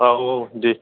औ औ दे